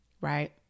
right